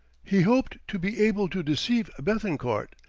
he hoped to be able to deceive bethencourt,